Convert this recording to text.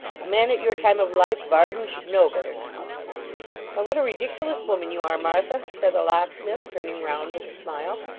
a man at your time of life, varden, should know better now why, what a ridiculous woman you are, martha said the locksmith, turning round with a smile.